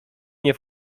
nie